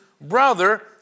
brother